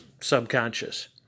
subconscious